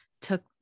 took